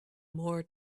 more